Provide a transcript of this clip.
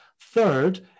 Third